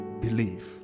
believe